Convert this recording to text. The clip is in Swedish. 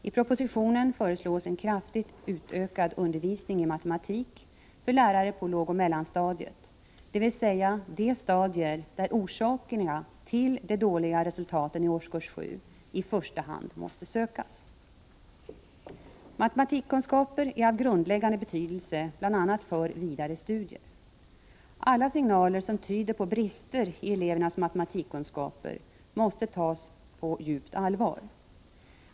I propositionen föreslås en kraftigt utökad undervisning i matematik för lärarna på lågoch mellanstadiet — dvs. de stadier där orsakerna till de dåliga resultaten i årskurs 7 i första hand måste sökas. Matematikkunskaper är av grundläggande betydelse bl.a. för vidare studier. Alla signaler som tyder på brister i elevernas matematikkunskaper måste tas på djupt allvar.